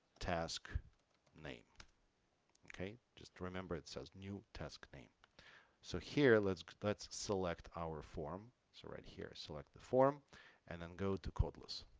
task name okay just remember it says new task name so here let's let's select our form so right here select the form and then go to codeless